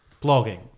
blogging